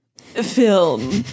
film